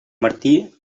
martí